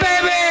baby